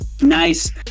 nice